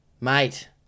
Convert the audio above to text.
Mate